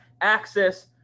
access